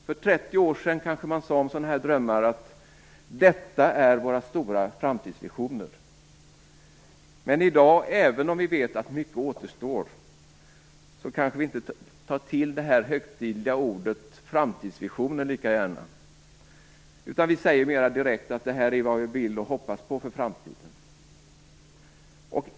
För 30 år sedan sade man kanske om sådana här drömmar: Detta är våra stora framtidsvisioner. Men även om vi i dag vet att mycket återstår, tar vi kanske inte lika gärna till det högtidliga ordet framtidsvisioner. Vi säger mer direkt att detta är vad vi vill och hoppas på för framtiden.